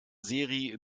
seri